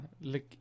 look